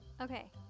okay